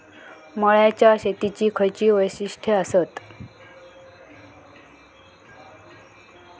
मळ्याच्या शेतीची खयची वैशिष्ठ आसत?